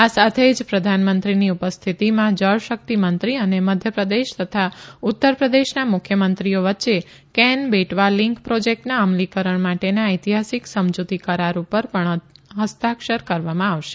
આ સાથે જ પ્રધાનમંત્રીની ઉપસ્થિતીમાં જળશક્તિ મંત્રી અને મધ્યપ્રદેશ તથા ઉત્તરપ્રદેશના મુખ્યમંત્રીઓ વચ્ચે કેન બેટવા લીંક પ્રોજેક્ટના અમલીકરણ માટેના ઐતિહાસિક સમજૂતી કરાર પર પણ હસ્તાક્ષર કરવામાં આવશે